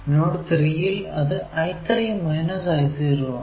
node 3 ൽ അത് I3 I0 ആണ്